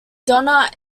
donna